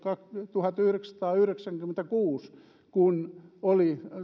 tuhatyhdeksänsataayhdeksänkymmentäkuusi kun oli